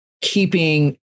keeping